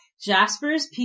Jasper's